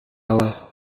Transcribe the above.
awal